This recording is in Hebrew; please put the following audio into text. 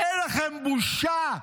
אין לכם בושה?